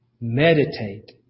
meditate